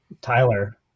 Tyler